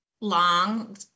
long